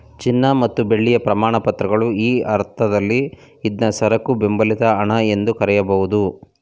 ಚಿನ್ನ ಮತ್ತು ಬೆಳ್ಳಿಯ ಪ್ರಮಾಣಪತ್ರಗಳು ಈ ಅರ್ಥದಲ್ಲಿ ಇದ್ನಾ ಸರಕು ಬೆಂಬಲಿತ ಹಣ ಎಂದು ಕರೆಯಬಹುದು